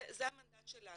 זה המנדט שלנו.